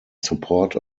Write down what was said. support